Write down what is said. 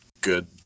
good